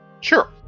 Sure